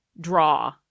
draw